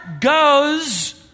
goes